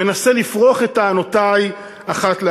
מנסה לפרוך את טענותי אחת לאחת.